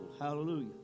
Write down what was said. hallelujah